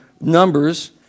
Numbers